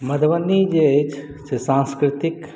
मधुबनी जे अछि से सांस्कृतिक